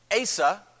Asa